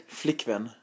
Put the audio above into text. flickvän